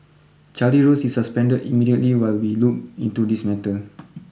Charlie Rose is suspended immediately while we look into this matter